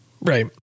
right